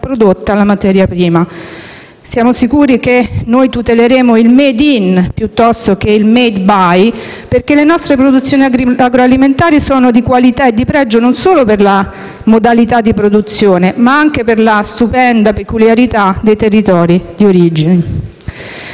prodotta la materia prima. Siamo sicuri che tuteleremo il «*made in*» piuttosto che il «*made by*»*,* perché le nostre produzioni agroalimentari sono di qualità e di pregio, non solo per la modalità di produzione, ma anche per la stupenda peculiarità dei territori di origine.